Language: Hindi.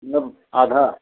मतलब आधा